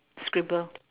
scribble